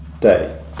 Day